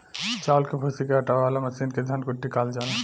चावल के भूसी के हटावे वाला मशीन के धन कुटी कहल जाला